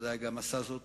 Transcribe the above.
בוודאי גם עשה זאת